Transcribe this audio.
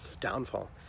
downfall